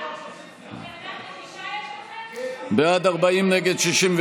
לבוחר ועשו את ההפך.